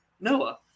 noah